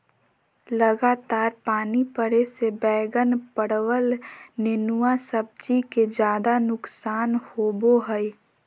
लगातार पानी पड़े से बैगन, परवल, नेनुआ सब्जी के ज्यादा नुकसान होबो हइ